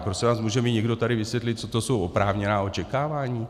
Prosím vás, může mi někdo tady vysvětlit, co to jsou oprávněná očekávání?